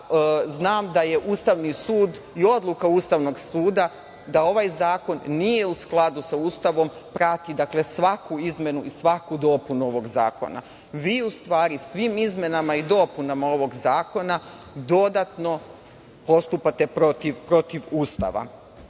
znam da je Ustavni sud i odluka Ustavnog suda je da ovaj zakon nije u skladu sa Ustavom. Prati, dakle, svaku izmenu i svaku dopunu ovog zakona. Vi u stvari svim izmenama i dopunama ovog zakona dodatno postupate protiv Ustava. Takođe,